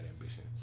ambition